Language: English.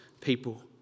people